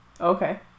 Okay